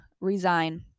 resign